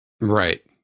right